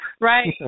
Right